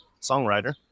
songwriter